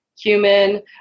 cumin